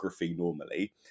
normally